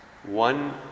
One